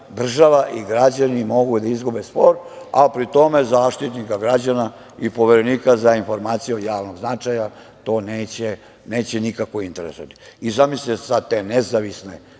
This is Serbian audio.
i građani mogu da izgube spor, a pri tome Zaštitnika građana i Poverenika za informacije od javnog značaja, to neće nikako interesovati. Zamislite sada te nezavisne